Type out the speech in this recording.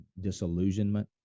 disillusionment